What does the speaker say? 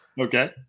Okay